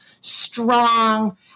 strong